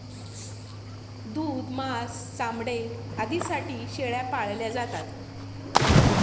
दूध, मांस, चामडे आदींसाठी शेळ्या पाळल्या जातात